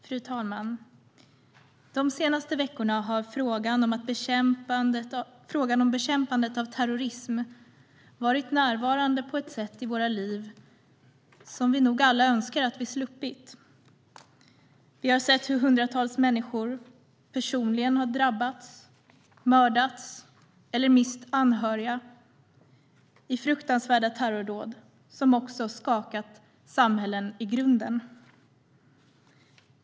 Fru talman! De senaste veckorna har frågan om bekämpandet av terrorism varit närvarande på ett sätt i våra liv som vi nog alla önskar att vi hade sluppit. Vi har sett hur hundratals människor personligen har drabbats, mördats eller mist anhöriga i fruktansvärda terrordåd som har skakat samhällen i grunden.